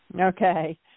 Okay